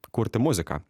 kurti muziką